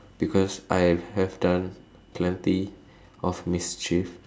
because I have done plenty of mischief